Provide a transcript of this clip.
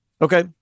okay